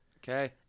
Okay